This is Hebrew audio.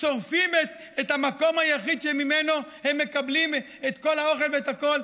שורפים את המקום היחיד שממנו הם מקבלים את כל האוכל ואת הכול,